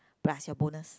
plus your bonus